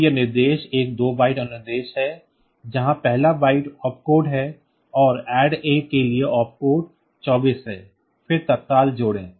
तो यह निर्देश एक 2 बाइट अनुदेश है जहां पहला बाइट ओप कोड है और ADD A के लिए ओप कोड 24 है फिर तत्काल जोड़ें